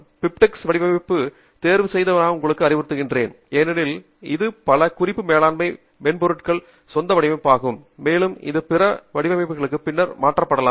பிபிட்ஸ் வடிவமைப்பைத் தேர்வு செய்ய நான் உங்களுக்கு அறிவுறுத்துகிறேன் ஏனெனில் இது பல குறிப்பு மேலாண்மை மென்பொருட்களுக்கான சொந்த வடிவமைப்பாகும் மேலும் அது பிற வடிவமைப்புகளுக்கு பின்னர் மாற்றப்படலாம்